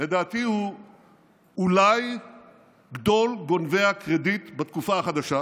לדעתי הוא אולי גדול גונבי הקרדיט בתקופה החדשה.